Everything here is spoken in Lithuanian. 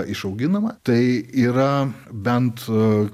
išauginama tai yra bent